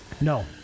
No